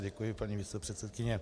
Děkuji, paní místopředsedkyně.